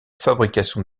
fabrication